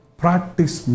practice